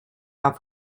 off